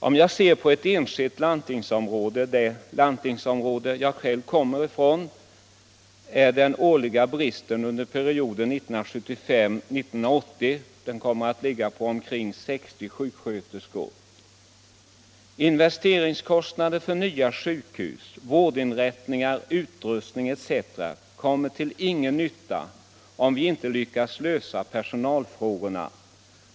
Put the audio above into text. Om jag ser på et enskilt landstingsområde — det landstingsområde jag själv kommer från —- kommer den årliga bristen under perioden 1975-1980 att ligga på omkring 60 sjuksköterskor. Investeringskostnader för nya sjukhus, vårdinrättningar, utrustning etc. kommer till ingen nytta, om vi inte lyckas lösa personalfrågorna.